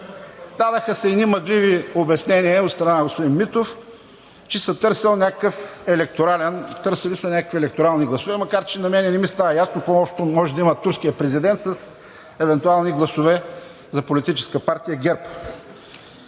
Дадоха се едни мъгливи обяснения от страна на господин Митов, че са търсили някакви електорални гласове, макар че на мен не ми става ясно – какво общо може да има турският президент с евентуални гласове за политическа партия ГЕРБ?!